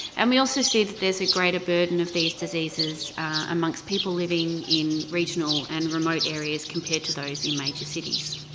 and we also see that there's a greater burden of these diseases amongst people living in regional and remote areas, compared to those in major cities.